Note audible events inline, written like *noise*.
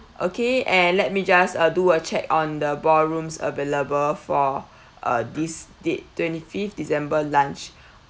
okay and let me just uh do a check on the ballrooms available for uh this date twenty-fifth december lunch *breath*